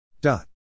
Dot